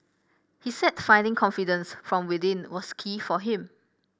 he said finding confidence from within was key for him